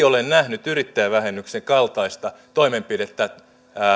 ole nähnyt yrittäjävähennyksen kaltaista toimenpidettä